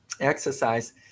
exercise